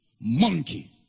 monkey